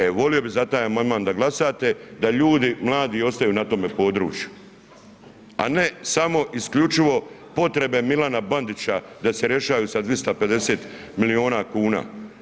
E volio bih da za taj amandman da glasate da ljudi mladi ostaju na tome području, a ne samo isključivo potrebe Milana Bandića da se rješaju sa 250 milijuna kuna.